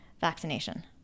vaccination